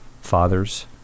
fathers